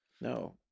No